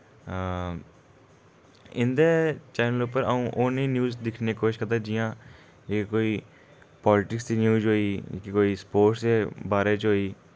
इं'दे चैनल उप्पर अ'ऊं ओह् नेही न्यूज दिक्खने कोशिश करदा जि'यां ए कोई पालिटिक्स दी न्यूज होई कोई स्पोर्ट्स बारे च होई